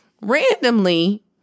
randomly